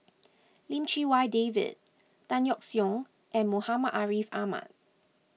Lim Chee Wai David Tan Yeok Seong and Muhammad Ariff Ahmad